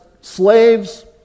Slaves